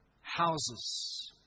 houses